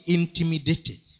intimidated